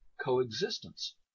coexistence